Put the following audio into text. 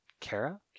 Kara